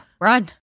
Run